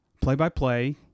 Play-by-play